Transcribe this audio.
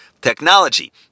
technology